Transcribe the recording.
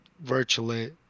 virtually